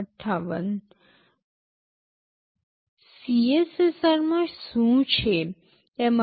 CPSR માં શું છે